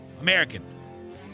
American